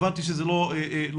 הבנתי שזה לא התקדם,